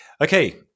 Okay